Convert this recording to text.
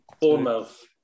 Bournemouth